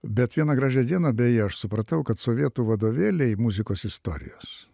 bet vieną gražią dieną beje aš supratau kad sovietų vadovėliai muzikos istorijos